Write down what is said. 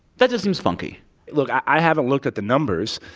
that just seems funky look, i haven't looked at the numbers,